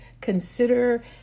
Consider